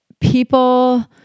people